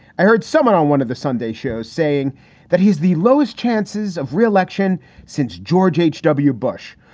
i heard someone on one of the sunday shows saying that he has the lowest chances of re-election since george h w. bush.